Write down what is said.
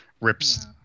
rips